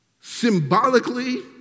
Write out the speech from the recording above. symbolically